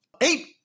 eight